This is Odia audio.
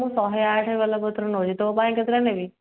ମୁଁ ଶହେଆଠ ବେଲପତ୍ର ନେଉଛି ତୋ ପାଇଁ କେତେଟା ନେବି